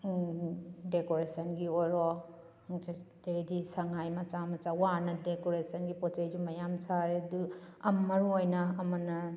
ꯗꯦꯀꯣꯔꯦꯁꯟꯒꯤ ꯑꯣꯏꯔꯣ ꯑꯗꯨꯗꯩꯗꯤ ꯁꯉꯥꯏ ꯃꯆꯥ ꯃꯆꯥ ꯋꯥꯅ ꯗꯦꯀꯣꯔꯦꯁꯟꯒꯤ ꯄꯣꯠ ꯆꯩꯁꯨ ꯃꯌꯥꯝ ꯁꯥꯔꯦ ꯑꯗꯨ ꯑꯃꯅ